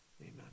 Amen